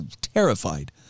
terrified